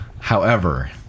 However-